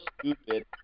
stupid